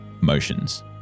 motions